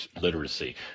literacy